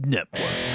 Network